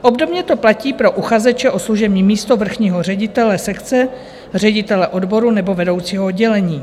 Obdobně to platí pro uchazeče o služební místo vrchního ředitele sekce, ředitele odboru nebo vedoucího oddělení.